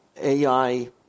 AI